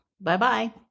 Bye-bye